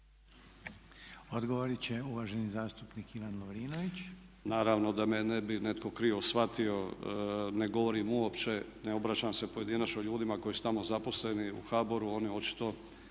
Odgovorit će uvaženi zastupnik Ivan Lovrinović. **Lovrinović, Ivan (MOST)** Naravno da me ne bi netko krivo shvatio ne govorim uopće, ne obraćam se pojedinačno ljudima koji su tamo zaposleni u HBOR-u. Oni očito